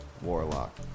Warlock